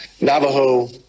navajo